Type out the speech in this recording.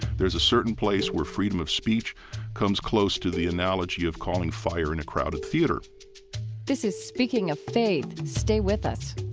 there's a certain place where freedom of speech comes close to the analogy of calling fire in a crowded theater this is speaking of faith. stay with us